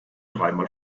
dreimal